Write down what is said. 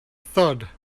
thud